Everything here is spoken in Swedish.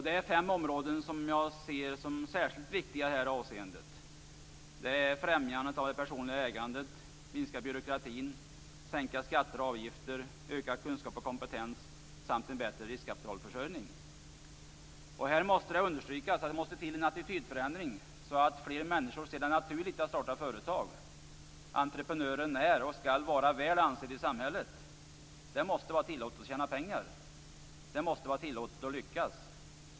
Det är fem områden som jag ser som särskilt viktiga i detta avseende: främjandet av det personliga ägandet, minskningen av byråkratin, sänkningen av skatter och avgifter, främjandet av kunskap och kompetens samt en bättre riskkapitalförsörjning. Här måste understrykas att det måste till en attitydförändring så att fler människor ser det som naturligt att starta företag. Entreprenören är och skall vara väl ansedd i samhället. Det måste vara tillåtet att tjäna pengar. Det måste vara tillåtet att lyckas.